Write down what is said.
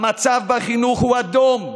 המצב בחינוך הוא אדום,